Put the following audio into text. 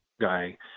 Guy